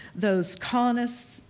those colonists,